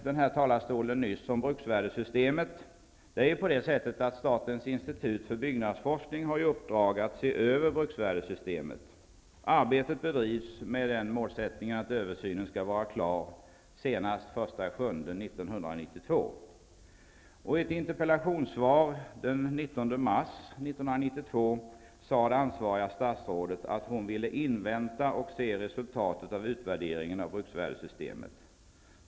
Det talades nyss om bruksvärdessystemet. Statens institut för byggnadsforskning har i uppdrag att se över bruksvärdessystemet. Arbetet bedrivs med målsättningen att översynen skall vara färdig senast den 1 juli 1992. I ett interpellationssvar den 19 mars 1992 sade det ansvariga statsrådet att hon ville invänta och se resultatet av utvärderingen av bruksvärdessystemet.